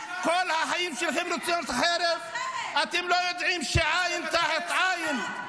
הכנסת שקלים, אל תתחיל.